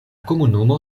komunumo